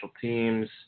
teams